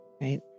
right